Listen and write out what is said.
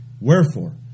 Wherefore